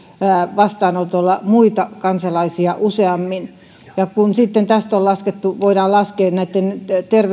vastaanotolla muita kansalaisia useammin ja kun sitten tästä voidaan laskea näitten